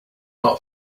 not